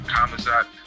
Kamazat